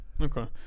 Okay